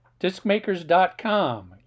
Discmakers.com